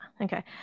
okay